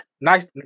Nice